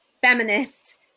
feminist